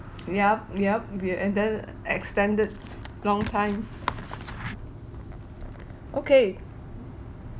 yup yup we're and then extended long time okay